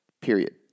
Period